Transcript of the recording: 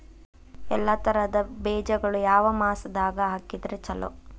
ಎಲ್ಲಾ ತರದ ಬೇಜಗೊಳು ಯಾವ ಮಾಸದಾಗ್ ಹಾಕಿದ್ರ ಛಲೋ?